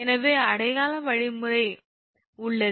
எனவே அடையாள வழிமுறை உள்ளது